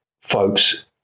folks